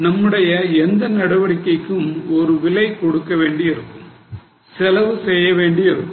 நம்முடைய எந்த நடவடிக்கைக்கும் நாம் ஒரு விலை கொடுக்க வேண்டியிருக்கும் செலவு செய்ய வேண்டியிருக்கும்